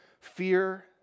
fear